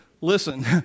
Listen